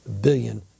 billion